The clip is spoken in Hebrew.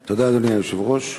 תודה, אדוני היושב-ראש.